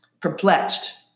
perplexed